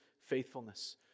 faithfulness